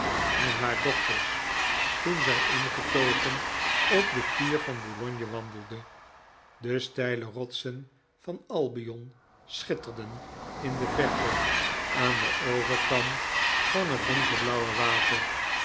en haar dochters toen zij ingetogen op de pier van boulogne wandelde de steile rotsen van albion schitterden in de verte aan den overkant van het donkerblauwe water